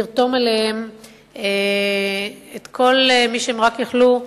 לרתום אליהם את כל מי שהם רק יכלו,